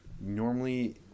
Normally